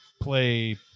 play